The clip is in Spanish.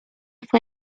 fue